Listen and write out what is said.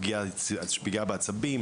פגיעה בעצבים,